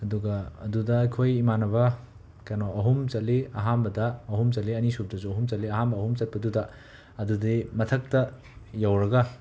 ꯑꯗꯨꯒ ꯑꯗꯨꯗ ꯑꯩꯈꯣꯏ ꯏꯃꯥꯟꯅꯕ ꯀꯩꯅꯣ ꯑꯍꯨꯝ ꯆꯠꯂꯤ ꯑꯍꯥꯝꯕꯗ ꯑꯍꯨꯝ ꯆꯠꯂꯤ ꯑꯅꯤꯁꯨꯕꯗꯁꯨ ꯑꯍꯨꯝ ꯆꯠꯂꯤ ꯑꯍꯥꯝꯕ ꯑꯍꯨꯝ ꯆꯠꯄꯗꯨꯗ ꯑꯗꯨꯗꯤ ꯃꯊꯛꯇ ꯌꯧꯔꯒ